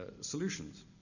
solutions